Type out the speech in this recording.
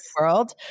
world